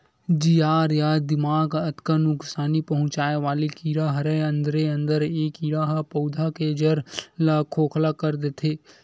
जियार या दिमक अतका नुकसानी पहुंचाय वाले कीरा हरय अंदरे अंदर ए कीरा ह पउधा के जर ल खोखला कर देथे